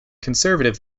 conservative